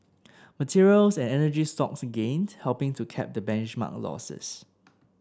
materials and energy stocks gained helping to cap the benchmark's losses